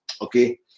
okay